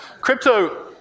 Crypto